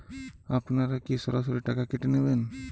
আপনারা কি সরাসরি টাকা কেটে নেবেন?